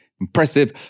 impressive